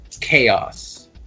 chaos